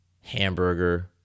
hamburger